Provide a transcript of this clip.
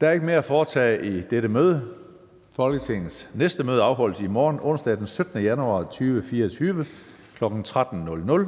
Der er ikke mere at foretage i dette møde. Folketingets næste møde afholdes i morgen, onsdag den 17. januar 2024, kl. 13.00.